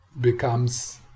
becomes